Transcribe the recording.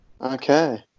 Okay